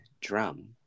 drum